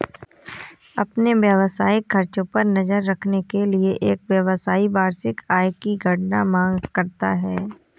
अपने व्यावसायिक खर्चों पर नज़र रखने के लिए, एक व्यवसायी वार्षिक आय गणना की मांग करता है